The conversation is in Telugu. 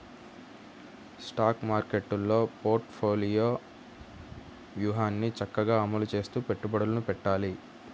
స్టాక్ మార్కెట్టులో పోర్ట్ఫోలియో వ్యూహాన్ని చక్కగా అమలు చేస్తూ పెట్టుబడులను పెట్టాలి